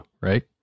right